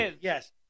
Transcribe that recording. Yes